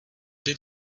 did